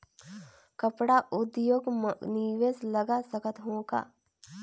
कपड़ा उद्योग म निवेश लगा सकत हो का?